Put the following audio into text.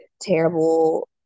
terrible